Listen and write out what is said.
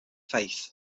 faith